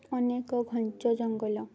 ଅନେକ ଘଞ୍ଚ ଜଙ୍ଗଲ